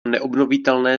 neobnovitelné